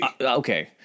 Okay